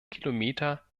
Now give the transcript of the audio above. kilometer